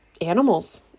animals